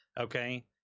Okay